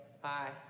hi